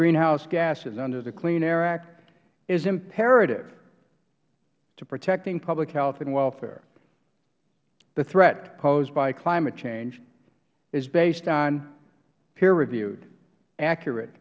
greenhouse gases under the clean air act is imperative to protecting public health and welfare the threat posed by climate change is based on peer reviewed accurate